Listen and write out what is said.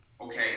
Okay